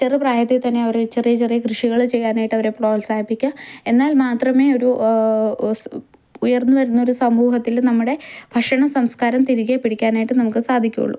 ചെറുപ്രായത്തിൽ തന്നെ അവർ ചെറിയ ചെറിയ കൃഷികൾ ചെയ്യാനായിട്ട് അവരെ പ്രോത്സാഹിപ്പിക്കുക എന്നാൽ മാത്രമേ ഒരു ഉയർന്ന് വരുന്ന ഒരു സമൂഹത്തിൽ നമ്മുടെ ഭക്ഷണ സംസ്കാരം തിരികെ പിടിക്കാനായിട്ട് നമുക്ക് സാധിക്കുളളൂ